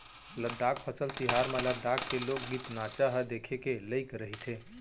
लद्दाख फसल तिहार म लद्दाख के लोकगीत, नाचा ह देखे के लइक रहिथे